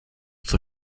zur